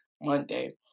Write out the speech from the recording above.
monday